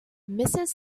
mrs